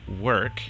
work